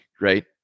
right